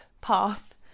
path